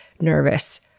nervous